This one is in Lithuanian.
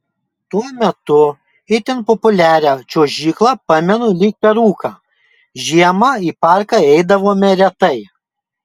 tuo metu itin populiarią čiuožyklą pamenu lyg per rūką žiemą į parką eidavome retai